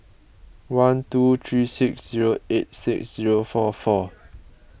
one two three six zero eight six zero four four